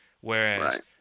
Whereas